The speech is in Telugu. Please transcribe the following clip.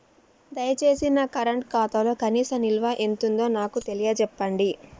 దయచేసి నా కరెంట్ ఖాతాలో కనీస నిల్వ ఎంతుందో నాకు తెలియచెప్పండి